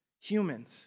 Humans